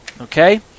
Okay